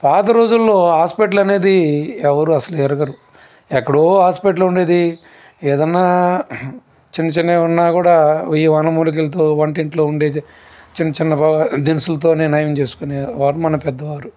పాత రోజుల్లో హాస్పటల్ అనేది ఎవరు అసలు ఎరగరు ఎక్కడో హాస్పటల్ ఉండేది ఏదన్నా చిన్న చిన్నవి ఉన్నా కూడా ఈ వనమూలికలతో వంటింట్లో ఉండే ర చిన్న చిన్న దీనుసులతో వాటితో నయం చేసుకునే వారు మన పెద్దవారు